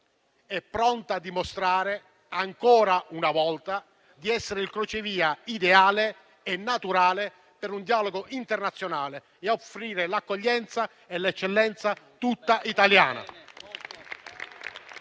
è pronta a dimostrare ancora una volta di essere il crocevia ideale e naturale per un dialogo internazionale e a offrire l'accoglienza e l'eccellenza tutte italiane.